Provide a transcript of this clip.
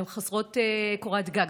הן חסרות קורת גג.